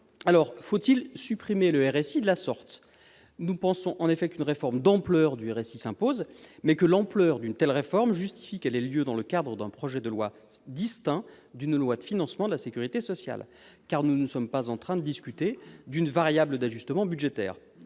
Alors faut-il supprimer le RSI de la sorte ? Nous pensons en effet qu'une réforme d'ampleur du RSI s'impose, mais que l'ampleur d'une telle réforme justifie qu'elle ait lieu dans le cadre d'un projet de loi distinct d'une loi de financement de la sécurité sociale. Car nous ne sommes pas en train de discuter d'une variable d'ajustement budgétaire.